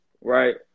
right